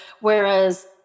whereas